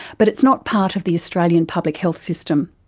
but it's not part of the australian public health system.